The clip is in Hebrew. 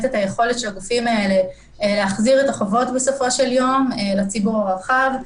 את יכולת הגופים האלה להחזיר את החובות בסופו של יום לציבור הרחב.